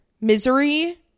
Misery